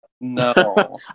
no